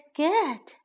good